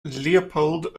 leopold